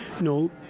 no